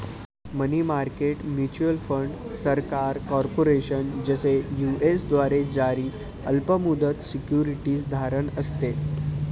मनी market mutual fund सरकार, corporation, जसे की यू.एस द्वारे जारी अल्प मुदत सिक्युरिटीज धारण असते